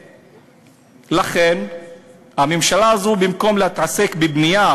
ולכן הממשלה הזאת, במקום להתעסק בבנייה